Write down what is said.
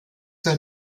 soll